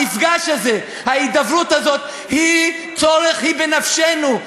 המפגש הזה, ההידברות הזאת היא צורך, היא בנפשנו.